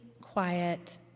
quiet